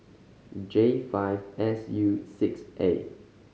J five S U six A